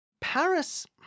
Paris